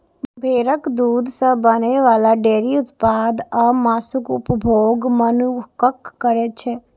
भेड़क दूध सं बनै बला डेयरी उत्पाद आ मासुक उपभोग मनुक्ख करै छै